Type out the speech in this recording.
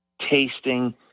tasting